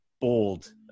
bold